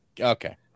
Okay